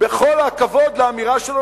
בכל הכבוד לאמירה שלו,